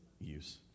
use